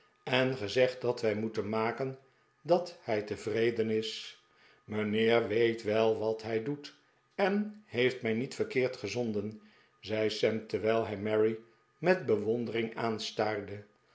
en gezegd dat wij moeten maken dat hij tevreden is mijnheer weet wel wat hij doet en heeft mij niet verkeerd gezonden zei sam terwijl hij mary met bewondering aanstaarde